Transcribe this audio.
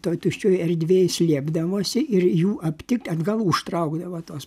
toj tuščioj erdvėj slėpdavosi ir jų aptik atgal užtraukdavo tuos